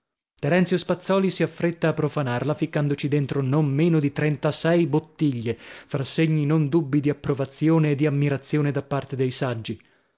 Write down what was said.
terenzio spazzòli si affretta a profanarla ficcandoci dentro non meno di trentasei bottiglie fra segni non dubbi di approvazione e di ammirazione da parte dei saggi